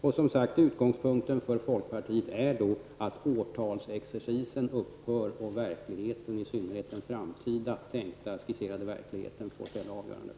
Och som sagt: Utgångspunkten för folkpartiet är att årtalsexercisen upphör och att verkligheten, i synnerhet den framtida skisserade verkligheten, får fälla avgörandet.